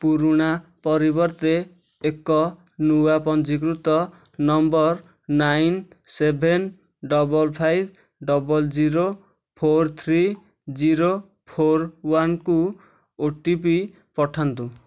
ପୁରୁଣା ପରିବର୍ତ୍ତେ ଏକ ନୂଆ ପଞ୍ଜୀକୃତ ନମ୍ବର ନଅ ସାତ ପାଞ୍ଚ ପାଞ୍ଚ ଶୂନ ଶୂନ ଚାରି ତିନି ଶୂନ ଚାରି ଏକ କୁ ଓ ଟି ପି ପଠାନ୍ତୁ